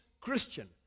Christian